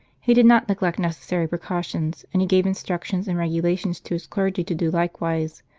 he did not neglect necessary precautions, and he gave instructions and regulations to his clergy to do likewise,